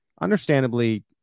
understandably